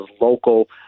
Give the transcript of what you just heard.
local